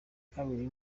kabiri